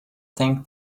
think